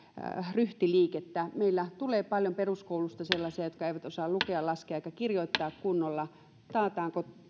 ryhtiliikettä meillä tulee paljon peruskoulusta sellaisia jotka eivät osaa lukea laskea eivätkä kirjoittaa kunnolla taataanko